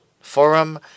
forum